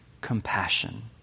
compassion